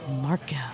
Marco